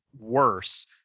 worse